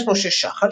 נפגש משה שחל,